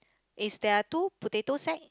is there are two potato sack